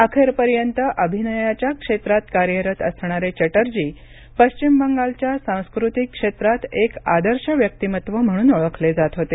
अखेरपर्यंत अभिनयाच्या क्षेत्रात कार्यरत असणारे चटर्जी पश्चिम बंगालच्या सांस्कृतिक क्षेत्रात एक आदर्श व्यक्तिमत्त्व म्हणून ओळखले जात होते